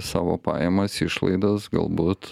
savo pajamas išlaidas galbūt